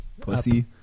Pussy